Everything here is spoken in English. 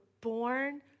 born